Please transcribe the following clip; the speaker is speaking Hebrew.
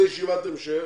נעשה ישיבת המשך.